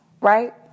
Right